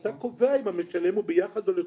אתה קובע אם המשלם הוא ביחד או לחוד,